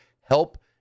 help